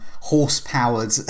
horse-powered